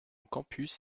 campus